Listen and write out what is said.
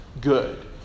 good